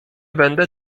będę